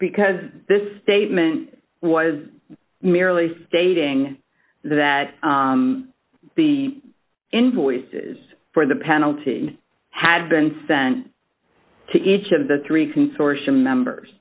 because this statement was merely stating that the invoices for the penalty had been sent to each of the three consortium members